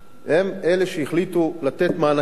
הם אלה שהחליטו לתת מענקים,